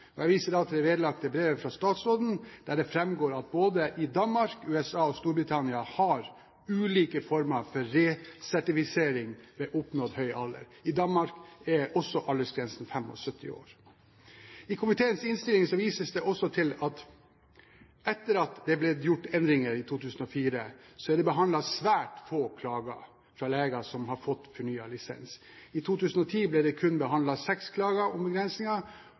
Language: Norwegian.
Jeg viser til vedlagte brev fra statsråden, der det framgår at både Danmark, USA og Storbritannia har ulike former for resertifisering ved oppnådd høy alder. I Danmark er også aldersgrensen 75 år. I komiteens innstilling vises det også til at etter at det har blitt gjort endringer i 2004, er det behandlet svært få klager fra leger som har fått fornyet lisens. I 2010 ble det kun behandlet seks klager om begrensninger